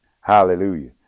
Hallelujah